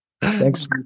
Thanks